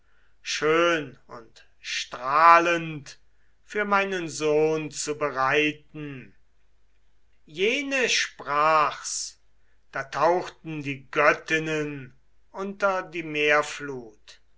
schön und strahlend für meinen sohn zu bereiten jene sprach's da tauchten die göttinnen unter die